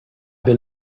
been